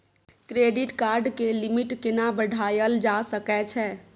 Credit card के limit केना बढायल जा सकै छै?